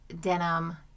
denim